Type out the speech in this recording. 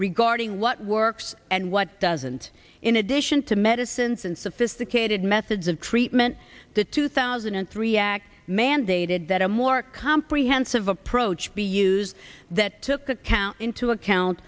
regarding what works and what doesn't in addition to medicines and sophisticated methods of treatment the two thousand and three act mandated that a more comprehensive approach be used that took account into account